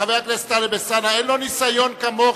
חבר הכנסת טלב אלסאנע, אין לו ניסיון כמוך.